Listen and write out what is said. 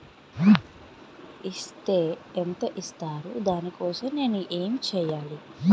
Is తే ఎంత ఇస్తారు దాని కోసం నేను ఎంచ్యేయాలి?